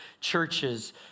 churches